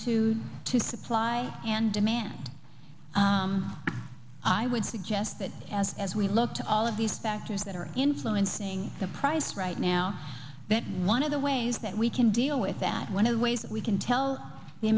down to supply and demand i would suggest that as we look to all of these factors that are influencing the price right now one of the ways that we can deal with that one of the ways that we can tell the